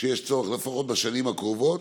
שיש צורך בכך לפחות בשנים הקרובות,